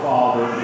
Father